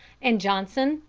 and johnson,